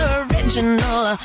original